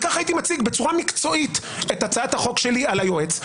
וכך הייתי מציג בצורה מקצועית את הצעת החוק שלי על היועץ,